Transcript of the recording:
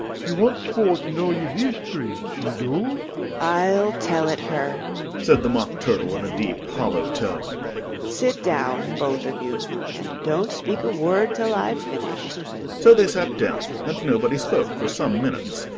she wants for to know your history, she do i'll tell it her said the mock turtle in a deep, hollow tone sit down, both of you, and don't speak a word till i've finished so they sat down, and nobody spoke for some minutes.